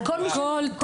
על כל תלמיד.